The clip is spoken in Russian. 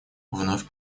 вновь